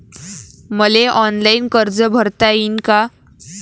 मले ऑनलाईन कर्ज भरता येईन का?